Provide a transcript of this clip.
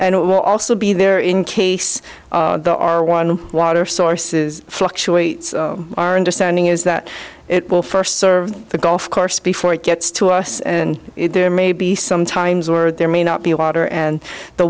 and it will also be there in case there are one water source is fluctuates our understanding is that it will first serve the golf course before it gets to us and there may be some times where there may not be a water and the